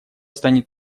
станет